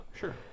Sure